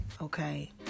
Okay